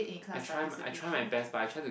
I try I try my best but I try to